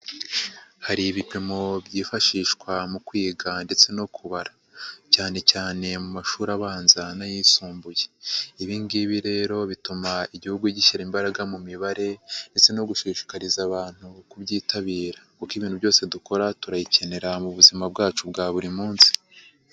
Hari ibipimo byifashishwa mu kwiga ndetse no kubara cyane cyane mu mashuri abanza n'ayisumbuye, ibi ngibi rero bituma Igihugu gishyira imbaraga mu mibare ndetse no gushishikariza abantu kubyitabira kuko ibintu byose dukora turayikenera mu buzima bwacu bwa buri munsi.